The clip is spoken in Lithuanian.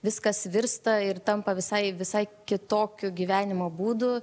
viskas virsta ir tampa visai visai kitokiu gyvenimo būdu